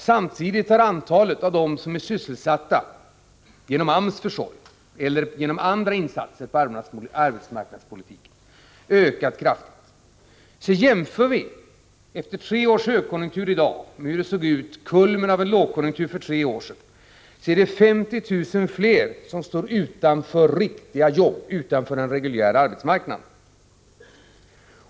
Samtidigt har antalet sysselsatta genom AMS försorg eller genom andra arbetsmarknadspolitiska insatser ökat kraftigt. Om vi jämför situationen i dag, efter tre års högkonjunktur, med hur det såg ut för tre år sedan i kulmen av en lågkonjunktur, finner vi att det i dag är 50 000 fler som står utan riktiga jobb, utanför den reguljära arbetsmarknaden.